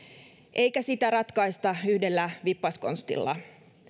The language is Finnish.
eikä sitä ratkaista yhdellä vippaskonstilla